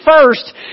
First